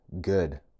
good